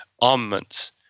armaments